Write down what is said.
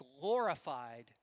glorified